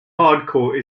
hardcore